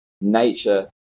nature